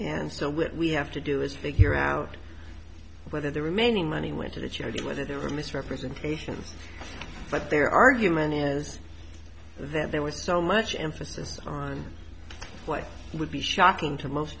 and so what we have to do is figure out whether the remaining money went to the charity whether there were misrepresentations but their argument is that there was so much emphasis on what would be shocking to most